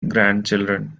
grandchildren